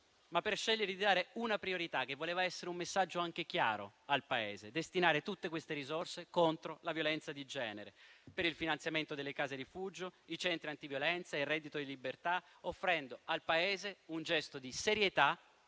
ma per scegliere di dare una priorità che voleva essere anche un messaggio chiaro al Paese: destinare tutte queste risorse contro la violenza di genere, per il finanziamento delle case rifugio, dei centri antiviolenza e del reddito di libertà, offrendo al Paese un gesto di serietà,